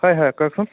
হয় হয় কওকচোন